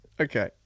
Okay